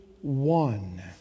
one